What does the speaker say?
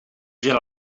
gela